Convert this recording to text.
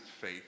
Faith